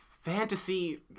fantasy